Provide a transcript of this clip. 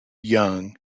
young